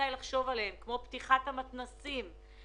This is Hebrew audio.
כמו פתיחת המתנ"סים.